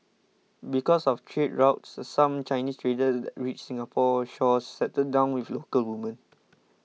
because of trade routes some Chinese traders that reached Singapore's shores settled down with local women